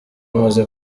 amaze